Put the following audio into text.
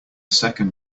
second